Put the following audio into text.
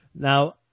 Now